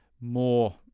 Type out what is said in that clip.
more